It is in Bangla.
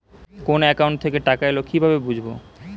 কোন একাউন্ট থেকে টাকা এল কিভাবে বুঝব?